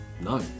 no